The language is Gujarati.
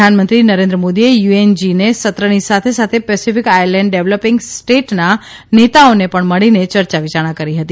પ્રધાનમંત્રી નરેન્દ્ર મોદીએ યુએનજીએ સત્રની સાથેસાથે પેસિફિક આયલેન્ડ ડેવલપીંગ સ્ટેટના નેતાઓને પણ મળીને ચર્યા વિચારણા કરી હતી